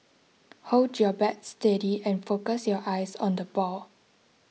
hold your bat steady and focus your eyes on the ball